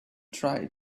try